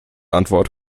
antwort